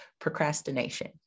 procrastination